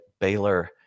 Baylor